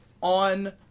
on